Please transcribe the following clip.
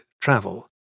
travel